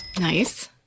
nice